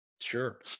Sure